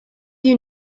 you